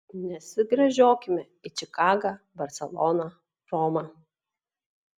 nesigręžiokime į čikagą barseloną romą